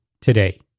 today